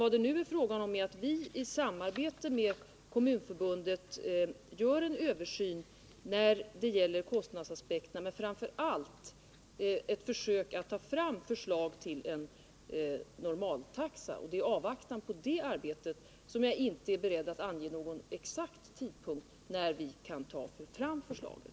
Vad det är fråga om är att vi i samarbete med Kommunförbundet gör en översyn beträffande kostnadsaspekterna och framför allt ett försök att ta fram förslag till en normaltaxa. Det är i avvaktan på det arbetet som jag inte är beredd att ange någon exakt tidpunkt när vi kan lägga fram förslaget.